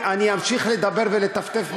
אני אמשיך לדבר ולטפטף.